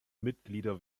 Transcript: mitglieder